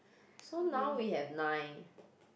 so now we have nine